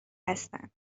هستند